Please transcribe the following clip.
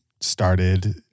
started